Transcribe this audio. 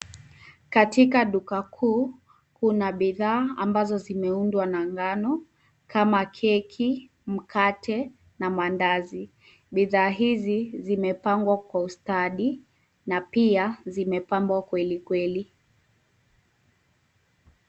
Katika duka kuu, kuna bidhaa ambazo zimeundwa na ngano, kama keki, mkate na mandazi. Bidhaa hizi zimepangwa kwa ustadi, na pia zimepambwa kwelikweli.